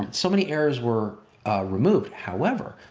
so many errors were removed, however,